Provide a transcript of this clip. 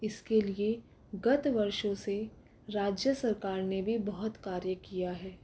इसके लिए गत वर्षों से राज्य सरकार ने भी बहुत कार्य किया है